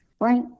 right